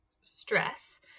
stress